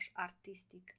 artistic